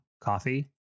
Coffee